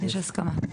יש הסכמה.